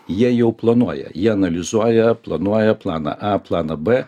jie jau planuoja jie analizuoja planuoja planą a planą b